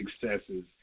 successes